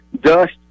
dust